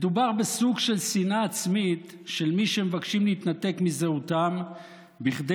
מדובר בסוג של שנאה עצמית של מי שמבקשים להתנתק מזהותם בכדי